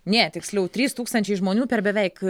ne tiksliau trys tūkstančiai žmonių per beveik